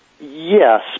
Yes